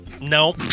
No